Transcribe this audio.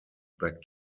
back